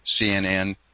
CNN